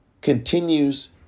continues